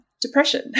depression